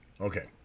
Okay